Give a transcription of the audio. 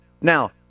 Now